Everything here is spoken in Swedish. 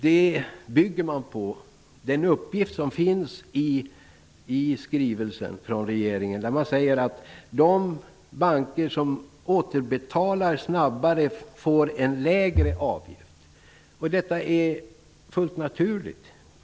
Det grundar man på en uppgift som finns i skrivelsen från regeringen. Där står det att de banker som återbetalar snabbare får en lägre avgift. Detta är fullt naturligt.